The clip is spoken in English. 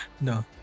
No